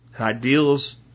Ideals